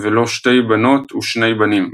ולו שתי בנות ושני בנים,